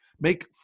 make